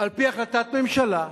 על-פי החלטת הממשלה,